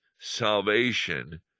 salvation